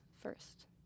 first